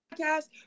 podcast